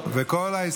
כהן,